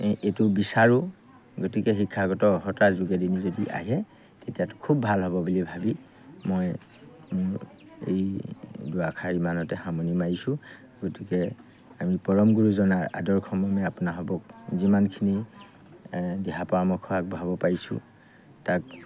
এইটো বিচাৰোঁ গতিকে শিক্ষাগত অৰ্হতাৰ যোগেদি যদি আহে তেতিয়াতো খুব ভাল হ'ব বুলি ভাবি মই মোৰ এই দুআষাৰ ইমানতে সামনি মাৰিছোঁ গতিকে আমি পৰম গুৰুজনাৰ আদৰ্শমৰ্মে আপোনাৰসবক যিমানখিনি দিহা পৰামৰ্শ আগবঢ়াব পাৰিছোঁ তাক